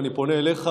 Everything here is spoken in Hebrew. ואני פונה אליך,